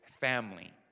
family